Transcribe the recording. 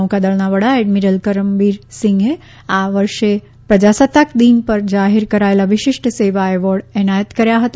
નૌકાદળના વડા એડમિરલ કરમબીરસિંહે આ વર્ષે પ્રજાસત્તાક દિન પર જાહેર કરાયેલ વિશિષ્ટ સેવા એવોર્ડ એનાયત કર્યા હતા